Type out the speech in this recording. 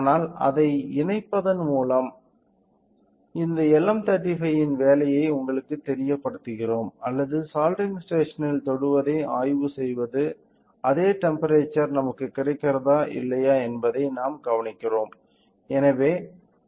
ஆனால் அதை இணைப்பதன் மூலம் இந்த LM35 இன் வேலையை உங்களுக்குத் தெரியப்படுத்துகிறோம் அல்லது சாலிடரிங் ஸ்டேஷனில் தொடுவதை ஆய்வு செய்வது அதே டெம்ப்பெரேச்சர் நமக்கு கிடைக்கிறதோ இல்லையோ என்பதை நாம் கவனிக்கிறோம்